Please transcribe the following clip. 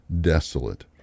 desolate